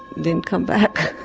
didn't come back.